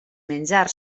menjar